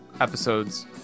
episodes